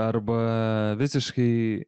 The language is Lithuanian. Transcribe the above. arba visiškai